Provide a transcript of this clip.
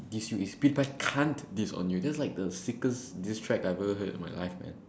diss you it's like pewdiepie can't diss on you that's like the sickest diss track I've heard in my life man